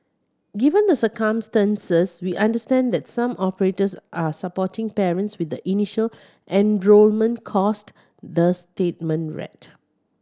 given the circumstances we understand that some operators are supporting parents with the initial enrolment cost the statement read